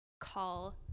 call